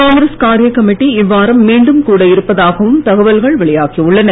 காங்கிரஸ் காரியக் கமிட்டி இவ்வாரம் மீண்டும் கூட இருப்பதாகவும் தகவல்கள் வெளியாகி உள்ளன